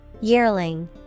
Yearling